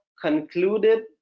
concluded